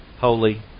holy